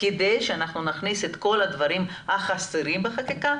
כדי שאנחנו נכניס את כל הדברים החסרים בחקיקה,